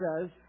says